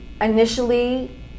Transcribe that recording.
initially